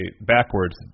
backwards